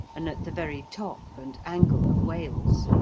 and at the very top and angle of wales.